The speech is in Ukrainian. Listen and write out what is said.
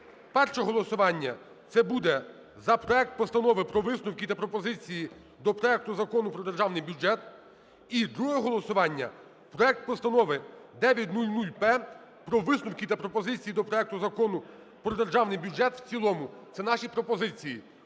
Перше голосування – це буде за проект Постанови про висновки та пропозиції до проекту Закону про Державний бюджет. І друге голосування – проект Постанови 9000-П про висновки та пропозиції до проекту Закону про Державний бюджет в цілому. Це наші пропозиції.